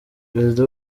perezida